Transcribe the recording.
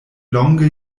longe